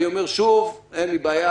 אני אומר שוב: אין לי בעיה,